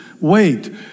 wait